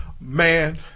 Man